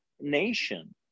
nation